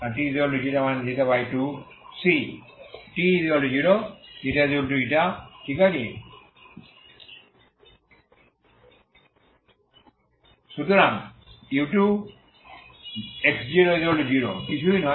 t0 মানে ξ ঠিক আছে সুতরাং u2x00 কিছুই নয়